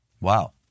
Wow